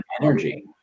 energy